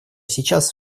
сейчас